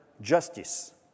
justice